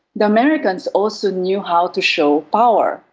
the americans also knew how to show power,